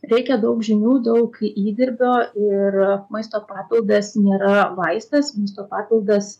reikia daug žinių daug įdirbio ir maisto papildas nėra vaistas maisto papildas